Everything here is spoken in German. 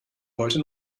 heute